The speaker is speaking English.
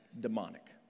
demonic